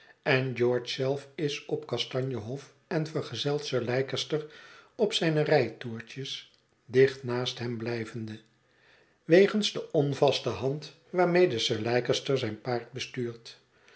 en george zelf is op kastanje hof en vergezelt sir leicester op zijne rijtoertjes dicht naast hem blijvende wegens de onvaste hand waarmede sir leicester zijn paard bestuurt